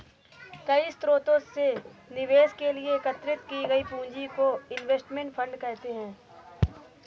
कई स्रोतों से निवेश के लिए एकत्रित की गई पूंजी को इनवेस्टमेंट फंड कहते हैं